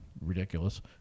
ridiculous